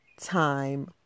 Time